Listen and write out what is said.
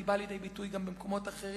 היא באה לידי ביטוי גם במקומות אחרים.